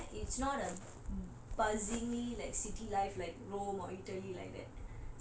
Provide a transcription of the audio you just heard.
it's not a buzzingly like city life like rome or italy like that